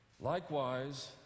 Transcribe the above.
Likewise